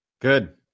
Good